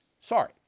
sorry